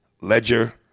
Ledger